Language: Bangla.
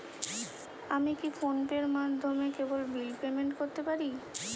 আমি কি ফোন পের মাধ্যমে কেবল বিল পেমেন্ট করতে পারি?